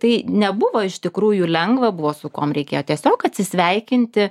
tai nebuvo iš tikrųjų lengva buvo su kuom reikėjo tiesiog atsisveikinti